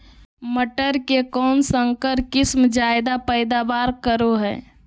मटर के कौन संकर किस्म जायदा पैदावार करो है?